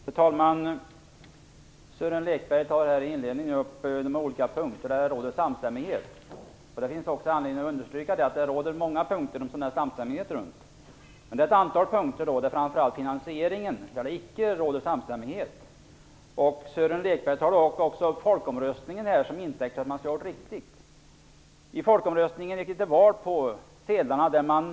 Fru talman! Sören Lekberg tog i inledningen upp olika punkter där det råder samstämmighet. Det finns anledning att understryka att det finns många punkter där det råder samstämmighet. Men det finns ett antal punkter angående finansieringen där det icke råder samstämmighet. Sören Lekberg tar folkomröstningen till intäkt för att det inte rådde någon ovisshet. I folkomröstningen gick vi till val på de fraser som stod på valsedlarna.